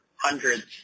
hundreds